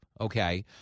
okay